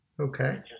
Okay